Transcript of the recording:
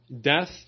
Death